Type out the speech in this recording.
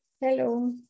Hello